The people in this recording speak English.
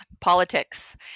politics